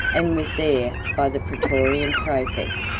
and was there, by the praetorian praefect,